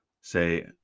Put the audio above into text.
say